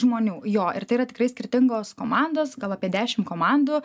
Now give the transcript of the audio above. žmonių jo ir tai yra tikrai skirtingos komandos gal apie dešimt komandų